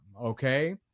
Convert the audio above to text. Okay